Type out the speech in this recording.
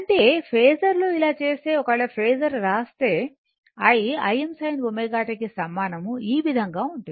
అంటే ఫేసర్లో ఇలా చేస్తే ఒకవేళ ఫేసర్లో రాస్తే I Im sin ω t కు సమానం ఈ విధంగా ఉంటుంది